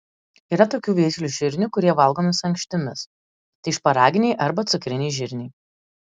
yra tokių veislių žirnių kurie valgomi su ankštimis tai šparaginiai arba cukriniai žirniai